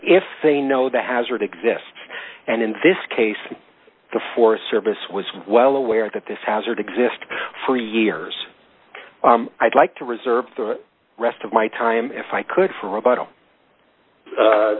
if they know the hazard exists and in this case the forest service was well aware that this hazard exist for years i'd like to reserve the rest of my time if i could for